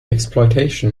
exploitation